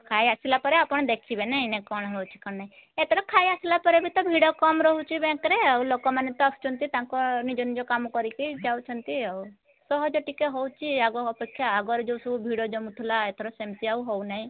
ଖାଇ ଆସିଲା ପରେ ଆପଣ ଦେଖିବେ ନାଇଁ ନା କ'ଣ ହେଉଛି କ'ଣ ନାହିଁ ଏଥର ଖାଇ ଆସିଲାପରେ ବି ତ ଭିଡ଼ କମ୍ ରହୁଛି ବ୍ୟାଙ୍କ୍ରେ ଆଉ ଲୋକମାନେ ତ ଆସୁଛନ୍ତି ତାଙ୍କ ନିଜ ନିଜ କାମ କରିକି ଯାଉଛନ୍ତି ଆଉ ସହଜ ଟିକିଏ ହେଉଛି ଆଗ ଅପେକ୍ଷା ଆଗର ଯେଉଁ ସବୁ ଭିଡ଼ ଜମୁଥିଲା ଏଥର ସେମିତି ଆଉ ହେଉ ନାହିଁ